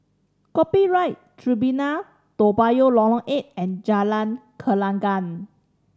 Copyright Tribunal Toa Payoh Lorong Eight and Jalan Gelenggang